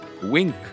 Wink